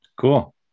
Cool